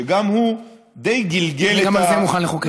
שגם הוא די גלגל את, גם על זה אני מוכן לחוקק.